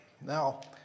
Now